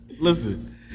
Listen